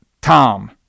Tom